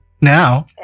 now